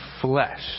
flesh